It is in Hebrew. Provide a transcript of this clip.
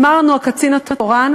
אמר לנו הקצין החוקר: